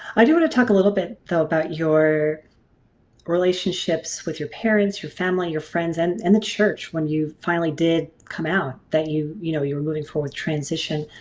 i do want to talk a little bit though about your relationships with your parents, your family your friends and and the church when you finally did come out that you you know you were moving forward with transition.